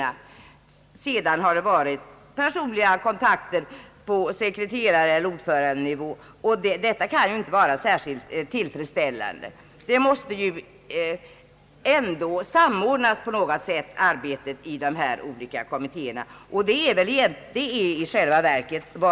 Därutöver har det varit personliga kontakter på sekreterareller ordförandenivå. Detta kan inte vara särskilt tillfredsställande. Arbetet i de olika kommittéerna bör samordnas bättre.